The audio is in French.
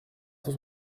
cent